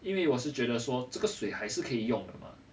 因为我是觉得说这个水还是可以用的嘛